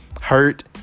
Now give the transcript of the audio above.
hurt